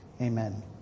Amen